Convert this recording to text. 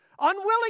unwilling